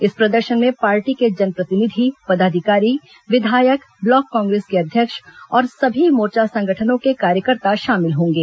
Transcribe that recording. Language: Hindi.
इस प्रदर्शन में पार्टी के जनप्रतिनिधि पदाधिकारी विधायक ब्लॉक कांग्रेस के अध्यक्ष और सभी मोर्चा संगठनों के कार्यकर्ता शामिल होंगे